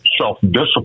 self-discipline